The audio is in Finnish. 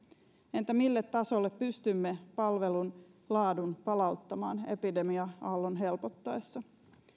entä mille tasolle pystymme palauttamaan palvelun laadun epidemia aallon helpottaessa